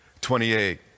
28